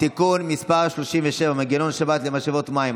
(תיקון מס' 37) (מנגנון שבת למשאבת מים),